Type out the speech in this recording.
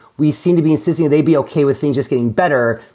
we seem to be insisting they be okay with things just getting better,